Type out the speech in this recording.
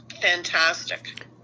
fantastic